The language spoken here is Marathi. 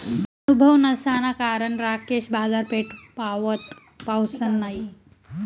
अनुभव नसाना कारण राकेश बाजारपेठपावत पहुसना नयी